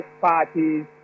parties